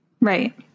Right